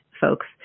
folks